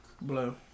Blue